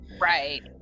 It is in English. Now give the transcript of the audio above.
right